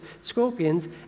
scorpions